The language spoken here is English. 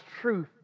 truth